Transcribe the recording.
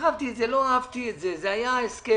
סחבתי את זה, לא אהבתי את זה, זה היה הסכם